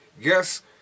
Yes